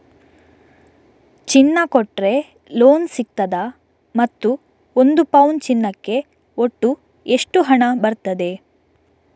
ಚಿನ್ನ ಕೊಟ್ರೆ ಲೋನ್ ಸಿಗ್ತದಾ ಮತ್ತು ಒಂದು ಪೌನು ಚಿನ್ನಕ್ಕೆ ಒಟ್ಟು ಎಷ್ಟು ಹಣ ಬರ್ತದೆ?